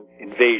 invasion